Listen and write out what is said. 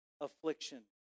affliction